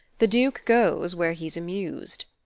the duke goes where he's amused.